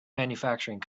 manufacturing